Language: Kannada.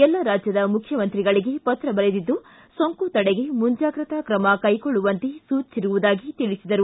ಎಲ್ಲ ರಾಜ್ಯದ ಮುಖ್ಯಮಂತ್ರಿಗಳಿಗೆ ಪತ್ರ ಬರೆದಿದ್ದು ಸೋಂಕು ತಡೆಗೆ ಮುಂಜಾಗ್ರತಾ ಕ್ರಮ ಕೈಗೊಳ್ಳುವಂತೆ ಸೂಚಿಸಿರುವುದಾಗಿ ತಿಳಿಸಿದರು